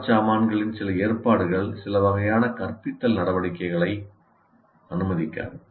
மரச்சாமான்களின் சில ஏற்பாடுகள் சில வகையான கற்பித்தல் நடவடிக்கைகளை அனுமதிக்காது